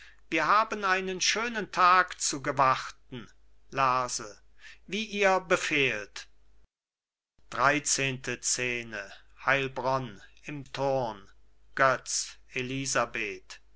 wir haben einen schönen tag zu gewarten lerse wie ihr befehlt götz elisabeth